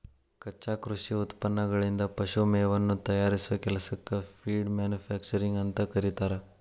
ಕಚ್ಚಾ ಕೃಷಿ ಉತ್ಪನ್ನಗಳಿಂದ ಪಶು ಮೇವನ್ನ ತಯಾರಿಸೋ ಕೆಲಸಕ್ಕ ಫೇಡ್ ಮ್ಯಾನುಫ್ಯಾಕ್ಚರಿಂಗ್ ಅಂತ ಕರೇತಾರ